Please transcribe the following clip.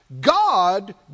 God